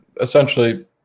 Essentially